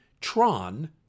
Tron